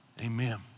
amen